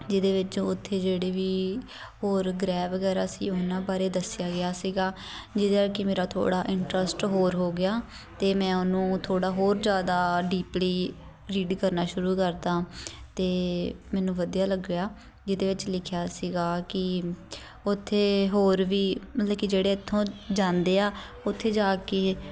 ਜਿਹਦੇ ਵਿੱਚ ਉੱਥੇ ਜਿਹੜੇ ਵੀ ਹੋਰ ਗ੍ਰਹਿ ਵਗੈਰਾ ਸੀ ਉਹਨਾਂ ਬਾਰੇ ਦੱਸਿਆ ਗਿਆ ਸੀਗਾ ਜਿਹਦੇ ਕਰਕੇ ਮੇਰਾ ਥੋੜ੍ਹਾ ਇੰਟਰਸਟ ਹੋਰ ਹੋ ਗਿਆ ਅਤੇ ਮੈਂ ਉਹਨੂੰ ਥੋੜ੍ਹਾ ਹੋਰ ਜ਼ਿਆਦਾ ਡੀਪਲੀ ਰੀਡ ਕਰਨਾ ਸ਼ੁਰੂ ਕਰਤਾ ਅਤੇ ਮੈਨੂੰ ਵਧੀਆ ਲੱਗਿਆ ਜਿਹਦੇ ਵਿੱਚ ਲਿਖਿਆ ਸੀਗਾ ਕਿ ਉੱਥੇ ਹੋਰ ਵੀ ਮਤਲਬ ਕਿ ਜਿਹੜੇ ਇੱਥੋਂ ਜਾਂਦੇ ਆ ਉੱਥੇ ਜਾ ਕੇ